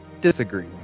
disagree